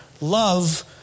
love